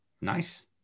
Nice